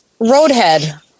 Roadhead